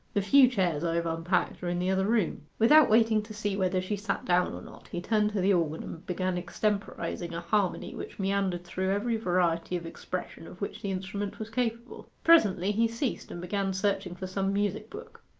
the few chairs i have unpacked are in the other room without waiting to see whether she sat down or not, he turned to the organ and began extemporizing a harmony which meandered through every variety of expression of which the instrument was capable. presently he ceased and began searching for some music-book.